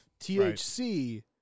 THC